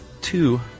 two